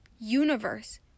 universe